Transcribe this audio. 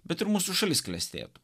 bet ir mūsų šalis klestėtų